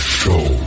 show